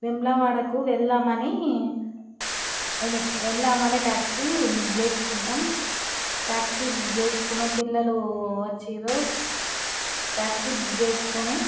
వేములవాడకు వెళదాం అని వె వెళదాం అని ట్యాక్సీ బుక్ చేసుకున్నాం ట్యాక్సీ బుక్ చేసుకున్నాం పిల్లలు వచ్చిర్రు ట్యాక్సీ బుక్ చేసుకుని